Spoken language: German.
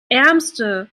ärmste